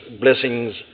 blessings